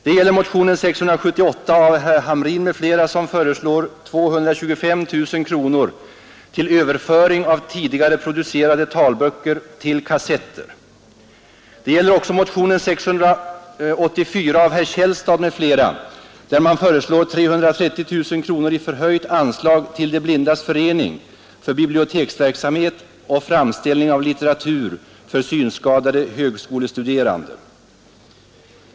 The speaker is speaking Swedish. Det gäller motionen 678 av herr Hamrin m.fl., som föreslår 225 000 kronor till överföring av tidigare producerade talböcker till kassetter. Det gäller också motionen 684 av herr Källstad m.fl., där man föreslår 330 000 kronor i förhöjt anslag till De blindas förening för biblioteksverksamhet och framställning av litteratur för synskadade högskolestuderande.